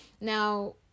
Now